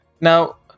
now